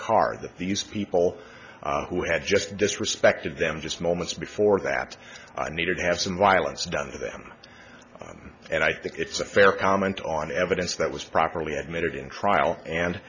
that these people who had just disrespected them just moments before that i needed to have some violence done to them and i think it's a fair comment on evidence that was properly admitted in trial and